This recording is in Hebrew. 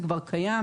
זה כבר קיים.